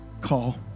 call